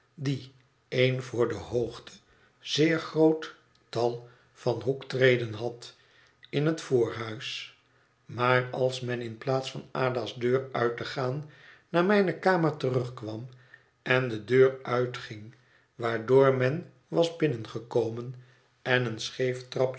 die een voor de hoogte zeer groot getal van hoektreden had in het voorhuis maar als men in plaats van ada's deur uit te gaan naar mijne kamer terugkwam en de deur uitging waardoor men was binnengekomen en een scheef